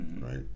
right